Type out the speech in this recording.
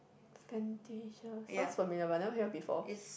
Fantasia sounds familiar but never hear before